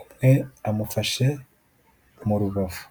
umwe amufashe, mu rubavu.